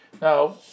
Now